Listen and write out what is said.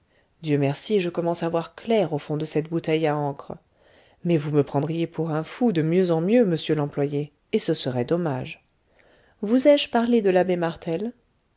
dieu merci je commence à voir clair au fond de cette bouteille à encre mais vous me prendriez pour un fou de mieux en mieux monsieur l'employé et ce serait dommage vous ai-je parlé de l'abbé martel